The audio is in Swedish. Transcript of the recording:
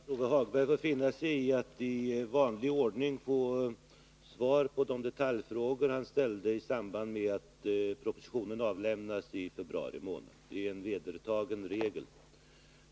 Herr talman! Lars-Ove Hagberg får finna sig i att i vanlig ordning få svar på de detaljfrågor han ställde i samband med att propositionen avlämnas i februari månad. Detta är en vedertagen regel.